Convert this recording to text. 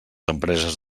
empreses